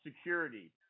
security